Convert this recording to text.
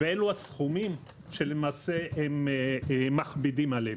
ואלו הסכומים שלמעשה מכבידים עליהם.